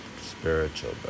spiritual